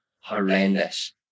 horrendous